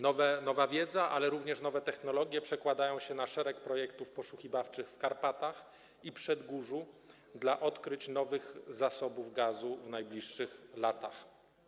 Nowa wiedza, ale również nowe technologie przedkładają się na szereg projektów poszukiwawczych w Karpatach i na Przedgórzu w celu odkrycia nowych zasobów gazu w najbliższych latach.